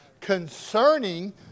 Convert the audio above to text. concerning